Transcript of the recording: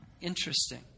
Interesting